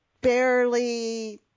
barely